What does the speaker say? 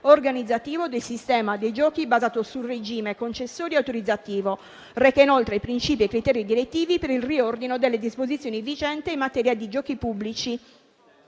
organizzativo del sistema dei giochi basato sul regime concessorio e autorizzatorio. Reca inoltre i principi e criteri direttivi per il riordino delle disposizioni vigenti in materia di giochi pubblici.